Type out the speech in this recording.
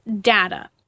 data